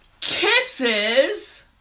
Kisses